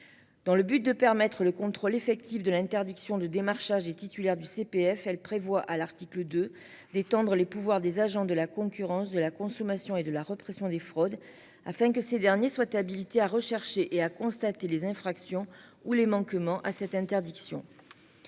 Dans le but de permettre le contrôle effectif de l'interdiction du démarchage et titulaire du CPF. Elle prévoit à l'article de d'étendre les pouvoirs des agents de la concurrence de la consommation et de la répression des fraudes afin que ces derniers soient habilités à rechercher et à constater les infractions ou les manquements à cette interdiction.